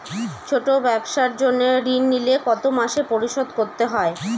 ছোট ব্যবসার জন্য ঋণ নিলে কত মাসে পরিশোধ করতে হয়?